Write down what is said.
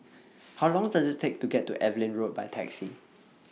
How Long Does IT Take to get to Evelyn Road By Taxi